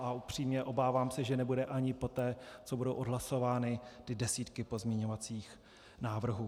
A upřímně se obávám, že nebude ani poté, co budou odhlasovány ty desítky pozměňovacích návrhů.